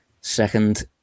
Second